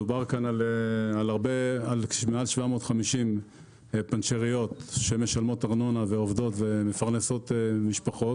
מדובר כאן על מעל 750 פנצ'ריות שמשלמות ארנונה ועובדות ומפרנסות משפחות.